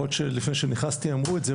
יכול להיות שלפני שנכנסתי אמרו את זה,